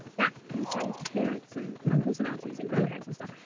that contains parents and uncles and aunties and grandparents and stuff,